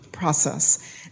process